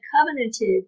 covenanted